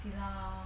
you know